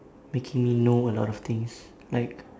making me know a lot of things like